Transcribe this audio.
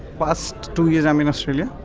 past two years i'm in australia,